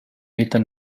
meter